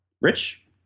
Rich